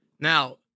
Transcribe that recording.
Now